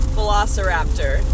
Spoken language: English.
Velociraptor